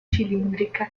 cilindrica